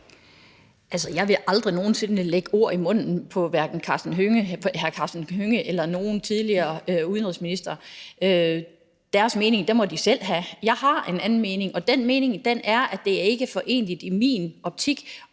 jeg ville aldrig nogen sinde lægge ord i munden på hverken hr. Karsten Hønge eller på nogen tidligere udenrigsministre. Deres mening må de selv have. Jeg har en anden mening, og den mening er, at det i min optik